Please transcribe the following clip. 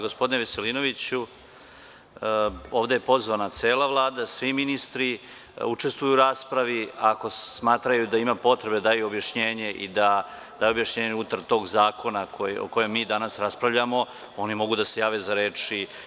Gospodine Veselinoviću, ovde je pozvana cela Vlada, svi ministri učestvuju u raspravi, ako smatraju da ima potrebe da daju objašnjenje i da daju objašnjenje unutar tog zakona o kojem mi danas raspravljamo, oni mogu da se jave za reč.